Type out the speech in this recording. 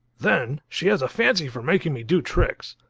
then, she has a fancy for making me do tricks.